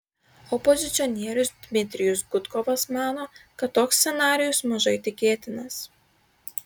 opozicionierius dmitrijus gudkovas mano kad toks scenarijus mažai tikėtinas